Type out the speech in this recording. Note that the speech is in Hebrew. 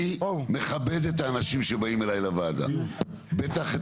אני מכבד את האנשים שבאים אליי לוועדה, בטח את